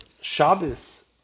Shabbos